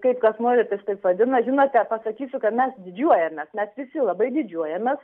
kaip kas nori tas taip vadina žinote pasakysiu kad mes didžiuojamės mes visi labai didžiuojamės